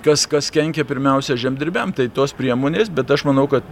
kas kas kenkia pirmiausia žemdirbiam tai tos priemonės bet aš manau kad